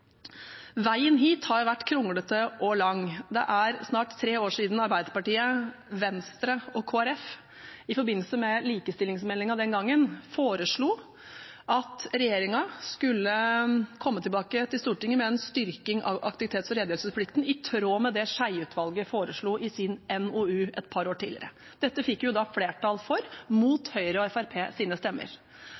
Veien hit har vært kronglete og lang. Det er snart tre år siden Arbeiderpartiet og Kristelig Folkeparti i forbindelse med likestillingsmeldingen den gangen foreslo at regjeringen skulle komme tilbake til Stortinget med en styrking av aktivitets- og redegjørelsesplikten, i tråd med det Skjeie-utvalget foreslo i sin NOU et par år tidligere. Dette fikk vi flertall for – mot Høyres og Fremskrittspartiets stemmer.